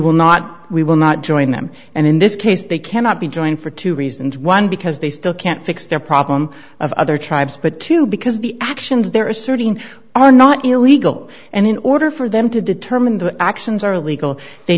will not we will not join them and in this case they cannot be joined for two reasons one because they still can't fix their problem of other tribes but two because the actions they're asserting are not illegal and in order for them to determine the actions are legal they